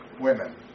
women